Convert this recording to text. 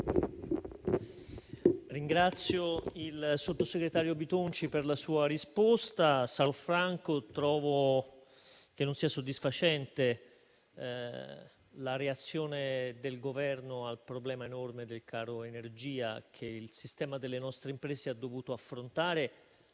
ringrazio il sottosegretario Bitonci per la sua risposta. Sarò franco: trovo che non sia soddisfacente la reazione del Governo al problema enorme del caro energia che il sistema delle nostre imprese ha dovuto affrontare